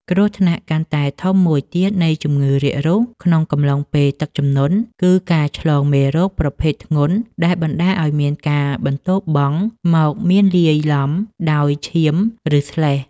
គ្រោះថ្នាក់កាន់តែធំមួយទៀតនៃជំងឺរាករូសក្នុងកំឡុងពេលទឹកជំនន់ គឺការឆ្លងមេរោគប្រភេទធ្ងន់ដែលបណ្តាលឱ្យមានការបន្ទោបង់មកមានលាយឡំដោយឈាម ឬស្លេស។